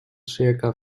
circa